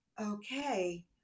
okay